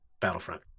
Battlefront